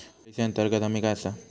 Policy अंतर्गत हमी काय आसा?